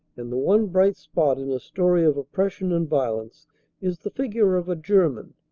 and the one bright spot in a story of oppression and violence is the figure of a german,